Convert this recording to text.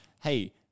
hey